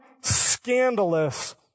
scandalous